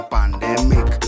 Pandemic